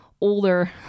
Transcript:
older